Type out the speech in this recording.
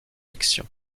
fiction